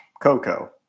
Coco